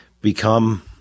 become